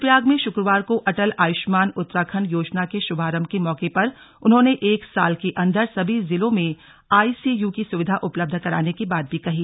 रुद्वप्रयाग में शुक्रवार को अटल आयुष्मान उत्तराखण्ड योजना के शुभारंभ के मौके पर उन्होंने एक साल के अन्दर सभी जिलों में आईसीय की सुविधा उपलब्ध कराने की बात भी कही